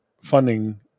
funding